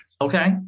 Okay